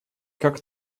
как